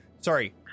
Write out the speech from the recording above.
Sorry